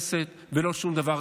הכנסת היא לא ריבון ולא שום דבר.